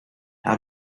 how